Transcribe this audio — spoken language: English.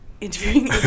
interviewing